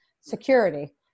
security